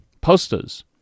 posters